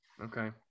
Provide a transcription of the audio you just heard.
Okay